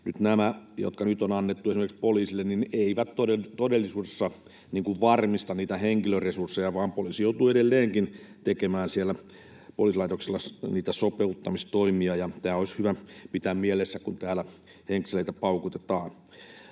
Nämä, jotka nyt on annettu esimerkiksi poliisille, eivät todellisuudessa varmista niitä henkilöresursseja, vaan poliisi joutuu edelleenkin tekemään siellä poliisilaitoksilla niitä sopeuttamistoimia, ja tämä olisi hyvä pitää mielessä, kun täällä henkseleitä paukutetaan.